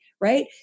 Right